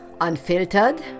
unfiltered